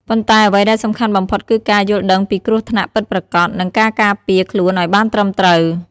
ប៉ុន្តែអ្វីដែលសំខាន់បំផុតគឺការយល់ដឹងពីគ្រោះថ្នាក់ពិតប្រាកដ និងការការពារខ្លួនឲ្យបានត្រឹមត្រូវ ។